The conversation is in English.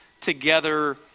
together